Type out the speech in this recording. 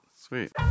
Sweet